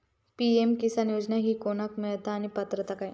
PM किसान योजना ही कोणाक मिळता आणि पात्रता काय?